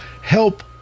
help